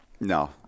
No